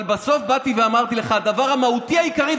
אבל בסוף באתי ואמרתי לך: הדבר המהותי והעיקרי,